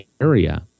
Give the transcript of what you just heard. area